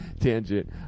tangent